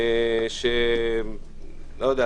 לא יודע,